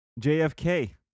JFK